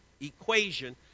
equation